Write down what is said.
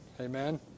amen